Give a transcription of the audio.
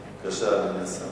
בבקשה, אדוני השר.